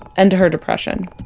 and to her depression